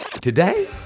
today